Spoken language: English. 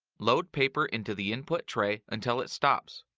load paper into the input tray until it stops.